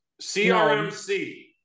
CRMC